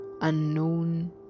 unknown